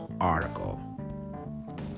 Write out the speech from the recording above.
article